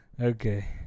Okay